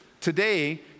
Today